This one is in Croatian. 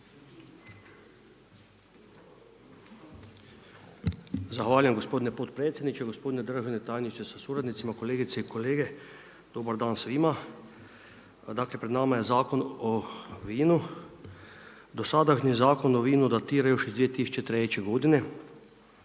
Zahvaljujem gospodine potpredsjedniče, gospodine državni tajniče sa suradnicima, kolegice i kolege dobar dan svima. Pred nama je Zakon o vinu. Dosadašnji Zakon o vinu datira još iz 2003. godine